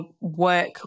work